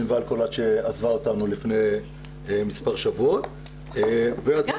ואלכוהול עד שעזבה אותנו לפני מספר שבועות --- אגב,